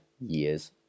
years